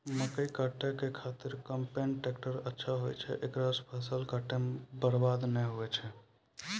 मकई काटै के खातिर कम्पेन टेकटर अच्छा होय छै ऐकरा से फसल काटै मे बरवाद नैय होय छै?